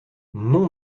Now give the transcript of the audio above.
nom